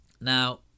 Now